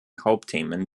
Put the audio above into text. hauptthemen